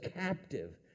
captive